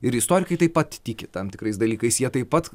ir istorikai taip pat tiki tam tikrais dalykais jie taip pat